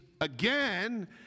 again